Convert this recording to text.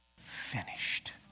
finished